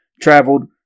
traveled